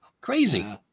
Crazy